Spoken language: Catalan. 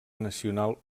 nacional